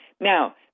Now